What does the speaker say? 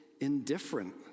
indifferent